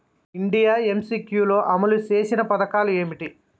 India MCQ లో అమలు చేసిన పథకాలు ఏమిటి?